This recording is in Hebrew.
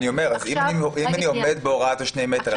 אני אומר שאם אני עומד בהוראת 2 המטר,